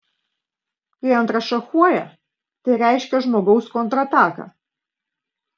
kai antras šachuoja tai reiškia žmogaus kontrataką